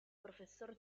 professor